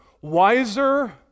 wiser